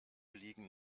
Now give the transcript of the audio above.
liegen